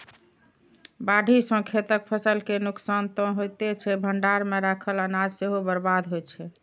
बाढ़ि सं खेतक फसल के नुकसान तं होइते छै, भंडार मे राखल अनाज सेहो बर्बाद होइ छै